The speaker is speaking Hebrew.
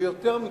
יותר מכך,